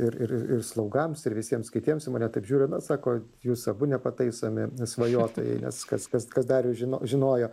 ir ir ir ir slaugams ir visiems kitiems į mane taip žiūri na sako jūs abu nepataisomi svajotojai nes kas kas kas darių ži žinojo